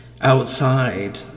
outside